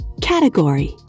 Category